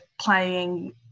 playing